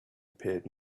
appeared